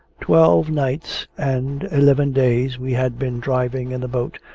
twelve nights and eleven days we had been driving in the boat,